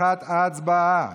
21, הצבעה.